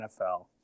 NFL